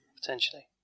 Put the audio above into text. Potentially